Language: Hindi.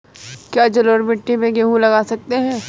क्या जलोढ़ मिट्टी में गेहूँ लगा सकते हैं?